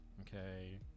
okay